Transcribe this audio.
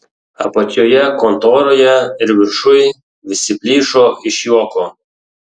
apačioje kontoroje ir viršuj visi plyšo iš juoko